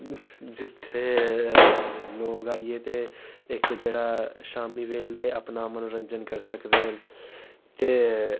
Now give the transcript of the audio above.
जित्थै लोग आइयै ते इक जेह्ड़ा शामीं बेल्लै अपना मनोरंजन करी सकदे ऐ ते